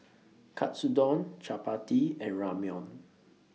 Katsudon Chapati and Ramyeon